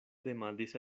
demandis